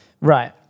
Right